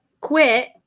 quit